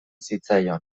zitzaion